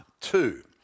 two